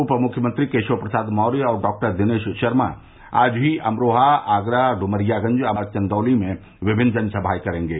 उप मुख्यमंत्री केशव प्रसाद मौर्य और डॉक्टर दिनेश शर्मा आज ही अमरोहा आगरा डुमरियागंज और चन्दौली में जनसभाए करेंगे